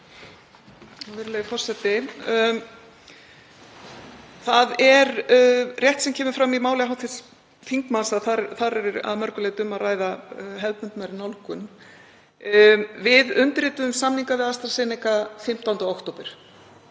Það er rétt sem kemur fram í máli hv. þingmanns að þarna er að mörgu leyti um að ræða hefðbundnari nálgun. Við undirrituðum samninga við AstraZeneca 15. október